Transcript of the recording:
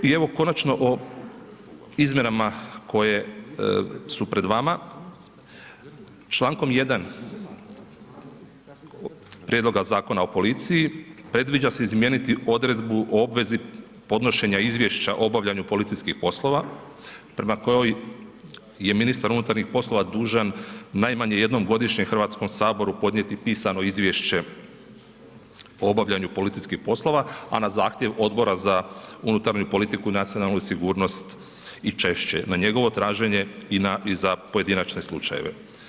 I evo konačno o izmjenama koje su pred vama, člankom 1 prijedloga Zakona o policiji, predviđa se izmijeniti odredbu o obvezi podnošenja izvješća o obavljanju policijskih poslova, prema kojoj je ministar unutarnjih poslova dužan najmanje jednom godišnjem Hrvatskom saboru podnijeti pisano izvješće o obavljanju policijskih poslova, a na zahtjev Odbora za unutarnju politiku i nacionalnu sigurnost i češće, na njegovo traženje i za pojedinačne slučaje.